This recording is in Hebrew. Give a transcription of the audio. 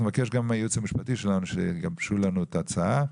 אנחנו נבקש גם מהייעוץ המשפטי שלנו שיגבש לנו את ההצעה.